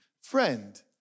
Friend